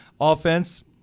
offense